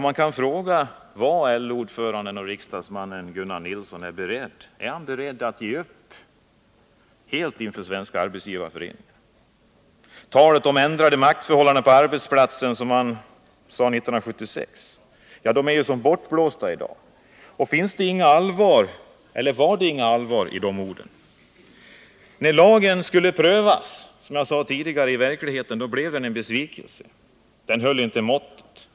Man kan fråga LO-ordföranden och riksdagsmannen Gunnar Nilsson om han är beredd att helt ge upp inför Svenska Arbetsgivareföreningen. Kravet på ändrade maktförhållanden på arbetsplatsen, som han talade om 1976, är ju som bortblåst i dag. Fanns det inget allvar i de orden? När lagen skulle prövas i arbetslivet blev den, som jag sade tidigare, en besvikelse. Den höll inte måttet.